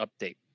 update